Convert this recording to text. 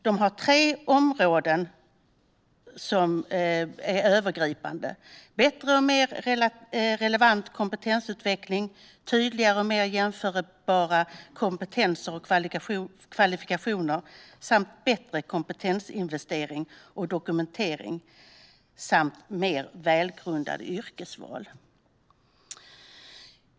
Det är tre övergripande områden, nämligen bättre och mer relevant kompetensutveckling tydligare och mer jämförbara kompetenser och kvalifikationer bättre kompetensinvestering och dokumentering, liksom mer välgrundade yrkesval.